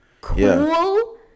Cool